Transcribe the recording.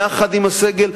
יחד עם הסגל,